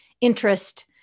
interest